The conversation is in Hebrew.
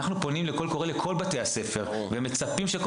אנחנו פונים בקול קורא לכל בתי הספר ומצפים שכל